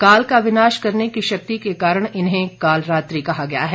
काल का विनाश करने की शक्ति के कारण इन्हें कालरात्रि कहा गया है